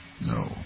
No